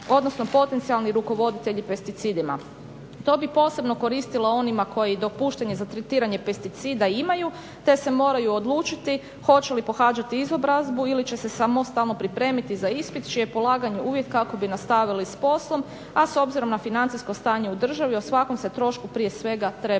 odnosno potencijalni rukovoditelji pesticidima. To bi posebno koristilo onima koji dopuštanje za tretiranje pesticida imaju te se moraju odlučiti hoće li pohađati izobrazbu ili će pohađati izobrazbu ili će se samostalno pripremiti za ispit čije je polaganje uvjet kako bi nastavili s poslom, a s obzirom na financijsko stanje u državi o svakom se trošku prije svega treba